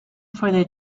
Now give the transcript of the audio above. for